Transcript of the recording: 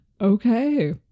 okay